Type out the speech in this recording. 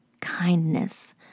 Kindness